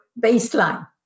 baseline